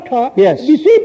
Yes